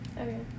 Okay